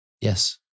Yes